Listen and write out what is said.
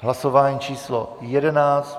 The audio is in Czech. Hlasování číslo 11.